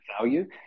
value